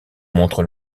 montre